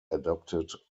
adapted